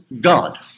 God